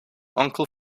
uncle